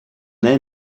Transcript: est